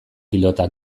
pilota